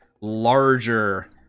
larger